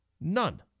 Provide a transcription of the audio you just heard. None